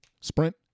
sprint